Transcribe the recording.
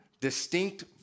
distinct